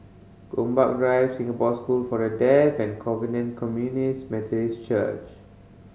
Gombak Drive Singapore School for The Deaf and Covenant Communities Methodist Church